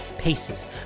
paces